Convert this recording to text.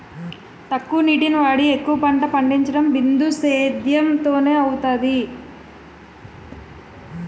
తక్కువ నీటిని వాడి ఎక్కువ పంట పండించడం బిందుసేధ్యేమ్ తోనే అవుతాది